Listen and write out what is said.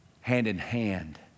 hand-in-hand